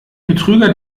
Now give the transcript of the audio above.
betrüger